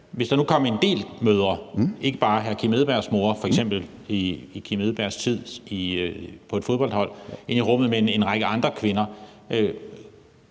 Hvis der nu kom en del mødre, ikke bare hr. Kim Edberg Andersens mor i hr. Kim Edberg Andersens tid på et fodboldhold, ind i rummet, men også en række andre kvinder,